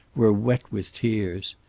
were wet with tears.